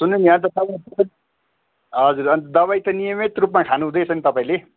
सुन्नु हजुर दबाई त नियमित रूपमा खानु हुँदैछ नि तपाईँले